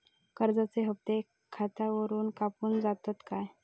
कर्जाचे हप्ते खातावरून कापून जातत काय?